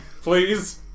Please